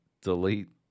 delete